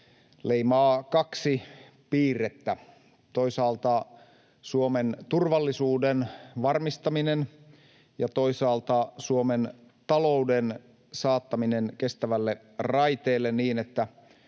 leimaa kaksi piirrettä: toisaalta Suomen turvallisuuden varmistaminen, ja toisaalta Suomen talouden saattaminen kestävälle raiteelle niin, että